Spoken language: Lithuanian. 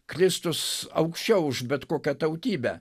kristus aukščiau už bet kokią tautybę